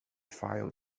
file